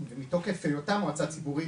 ומתוקף היותה מועצה ציבורית,